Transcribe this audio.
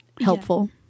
helpful